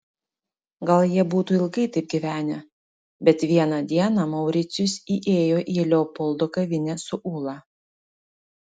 gal jie būtų ilgai taip gyvenę bet vieną dieną mauricijus įėjo į leopoldo kavinę su ula